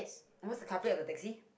what's the carpet of the taxi